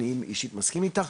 אני אישית מסכים איתך.